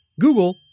Google